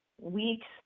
weeks